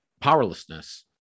powerlessness